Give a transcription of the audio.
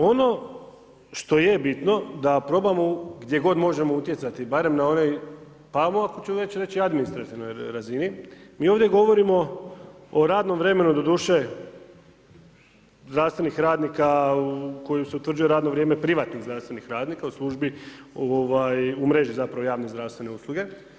Ono što je bitno da probamo gdje god možemo utjecati barem na onaj pa ako ću već reći na administrativnoj razini, mi ovdje govorimo o radnom vremenu doduše zdravstvenih radnika koji se utvrđuje radno vrijeme privatnih zdravstvenih radnika u službi ovaj u mreži zapravo javne zdravstvene usluge.